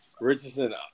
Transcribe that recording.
Richardson